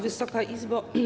Wysoka Izbo!